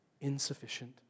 insufficient